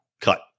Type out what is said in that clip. cut